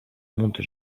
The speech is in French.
monte